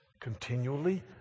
continually